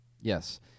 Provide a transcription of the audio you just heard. Yes